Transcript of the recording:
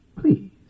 Please